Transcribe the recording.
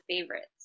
favorites